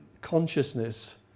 consciousness